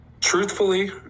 Truthfully